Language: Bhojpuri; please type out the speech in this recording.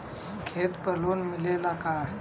खेत पर लोन मिलेला का?